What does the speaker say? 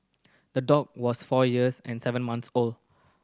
the dog was four years and seven month old